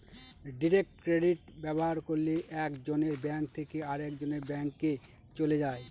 direct credit ব্যবহার করলে এক জনের ব্যাঙ্ক থেকে আরেকজনের ব্যাঙ্কে চলে যায়